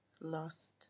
lost